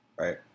Right